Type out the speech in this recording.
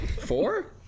Four